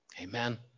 Amen